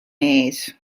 ees